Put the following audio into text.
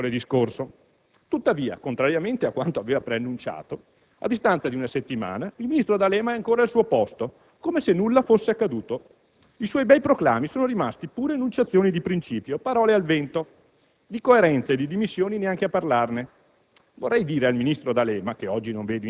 Sappiamo poi tutti come è andata a finire mercoledì scorso! Tuttavia, contrariamente a quanto aveva preannunciato, a distanza di una settimana il ministro D'Alema è ancora al suo posto, come se nulla fosse accaduto. I suoi bei proclami sono rimasti pure enunciazioni di principio, parole al vento. Di coerenza e di dimissioni neanche a parlarne!